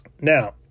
Now